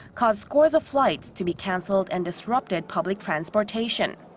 caused scores of flights to be cancelled and disrupted public transportation.